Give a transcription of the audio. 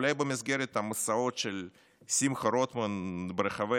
אולי במסגרת המסעות של שמחה רוטמן ברחבי